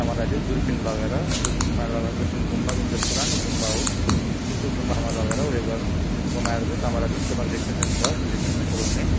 तपाईँलाई फेरि दुर्बिन लगेर दुर्बिनमा लगेर दुर्बिन गुम्बा जुन चाहिँ पुरानो गुम्बा हो त्यो गुम्बामा लगेर उयो गरे घुमाएर चाहिँ तपाईँलाई जुन तपाईँको डेस्टिनेसन त्यो डेस्टिनेसन पुराउने